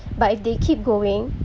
but if they keep going